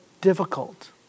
difficult